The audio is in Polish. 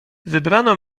wybrano